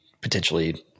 potentially